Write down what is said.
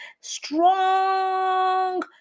strong